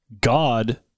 God